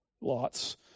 Lot's